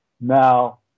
Now